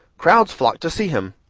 crowds flock to see him.